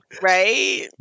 right